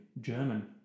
German